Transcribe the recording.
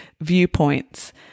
viewpoints